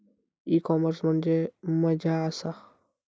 E commerce म्हणजे मझ्या आसा?